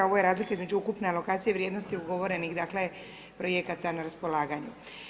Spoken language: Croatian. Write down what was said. Ovo je razlika između ukupne alokacije vrijednosti ugovorenih dakle projekata na raspolaganju.